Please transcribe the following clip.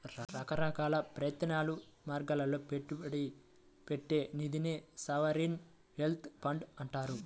రకరకాల ప్రత్యామ్నాయ మార్గాల్లో పెట్టుబడి పెట్టే నిధినే సావరీన్ వెల్త్ ఫండ్లు అంటారు